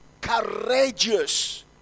courageous